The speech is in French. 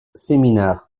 seminar